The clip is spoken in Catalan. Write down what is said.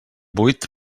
buit